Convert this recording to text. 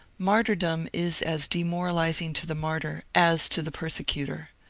martyrdom is as demoralizing to the martyr as to the per secutor.